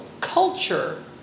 culture